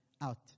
out